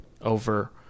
over